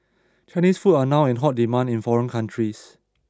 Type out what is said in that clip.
Chinese food are now in hot demand in foreign cities